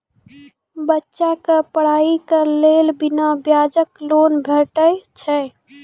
बच्चाक पढ़ाईक लेल बिना ब्याजक लोन भेटै छै?